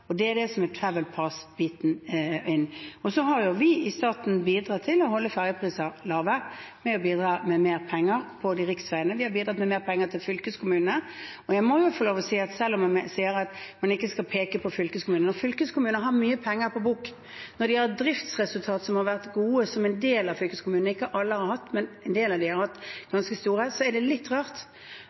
Det er der Travel Pass-biten kommer inn. Så har vi i staten bidratt til å holde ferjeprisene lave ved å bidra med mer penger til riksveiene, og vi har bidratt med mer penger til fylkeskommunene. Jeg må jo få lov til å si, selv om man sier at man ikke skal peke på fylkeskommunene, at når fylkeskommunene har mye penger på bok, når de har driftsresultat som har vært gode, som en del av fylkeskommunene har hatt – ikke alle har hatt det, men en del av dem har hatt ganske gode resultat – er det litt rart